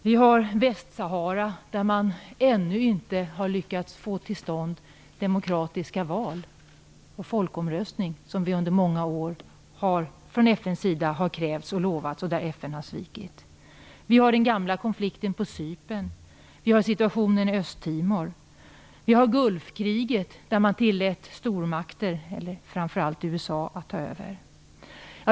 Vi har Västsahara, där man ännu inte har lyckats få till stånd demokratiska val och folkomröstning som under många år har krävts och utlovats från FN:s sida, men där FN har svikit. Vi har den gamla konflikten på Cypern. Vi har situationen i Östtimor. Vi har Gulfkriget, där man tillät stormakter, framför allt USA, att ta över.